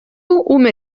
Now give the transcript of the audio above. ume